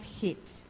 hit